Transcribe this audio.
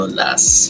last